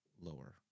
lower